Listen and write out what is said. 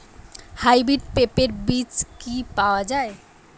Hybrid পেঁপের বীজ কি পাওয়া যায়?